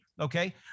okay